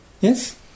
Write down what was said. Yes